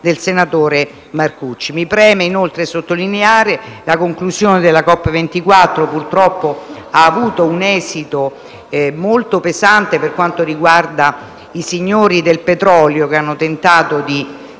del senatore Marcucci. Mi preme inoltre sottolineare la conclusione della COP24, che purtroppo ha avuto un esito molto pesante per quel che riguarda i signori del petrolio, che hanno tentato di